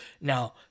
Now